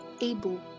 able